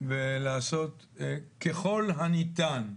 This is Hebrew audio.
ולעשות ככל הניתן,